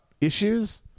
issues